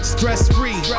Stress-free